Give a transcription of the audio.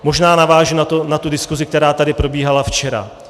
Možná navážu na tu diskusi, která tady probíhala včera.